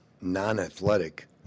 non-athletic